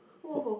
!woohoo!